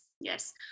yes